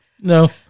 no